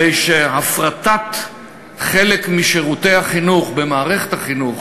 הרי שהפרטת חלק משירותי החינוך במערכת החינוך,